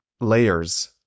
Layers